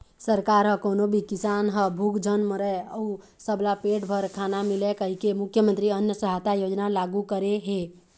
सरकार ह कोनो भी किसान ह भूख झन मरय अउ सबला पेट भर खाना मिलय कहिके मुख्यमंतरी अन्न सहायता योजना लागू करे हे